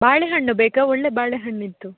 ಬಾಳೆಹಣ್ಣು ಬೇಕಾ ಒಳ್ಳೆಯ ಬಾಳೆಹಣ್ಣು ಇತ್ತು